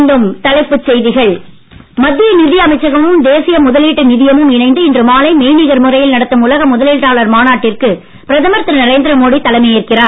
மீண்டும் தலைப்புச் செய்திகள் மத்திய நிதியமைச்சகமும் தேசிய முதலீட்டு நிதியமும் இணைந்து இன்று மாலை மெய்நிகர் முறையில் நடத்தும் உலக முதலீட்டாளர் மாநாட்டிற்கு பிரதமர் திரு நரேந்திர மோடி தலைமை ஏற்கிறார்